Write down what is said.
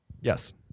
Yes